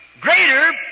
greater